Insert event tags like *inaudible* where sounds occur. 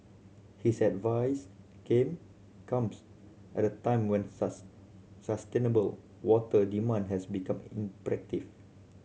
his advice came comes at a time when *unintelligible* sustainable water demand has become imperative